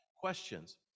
questions